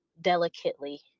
delicately